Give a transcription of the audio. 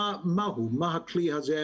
מה הכלי הזה,